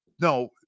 no